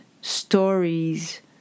stories